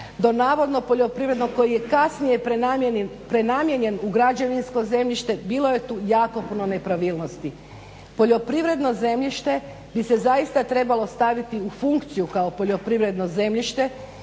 do navodno poljoprivrednog koji je kasnije prenamijenjen u građevinsko zemljište. Bilo je tu jako puno nepravilnosti. Poljoprivredno zemljište bi se zaista trebalo staviti u funkciju kao poljoprivredno zemljište